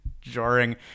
jarring